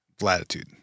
latitude